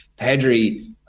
Pedri